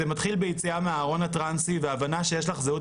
זה מתחיל ביציאה מהארון הטרנסי והבנה שיש לך זהות